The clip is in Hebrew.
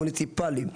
המוניציפלי,